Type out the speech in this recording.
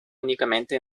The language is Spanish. únicamente